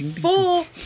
four